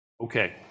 Okay